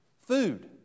Food